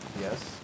Yes